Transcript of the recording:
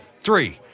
Three